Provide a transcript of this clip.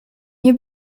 nie